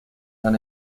han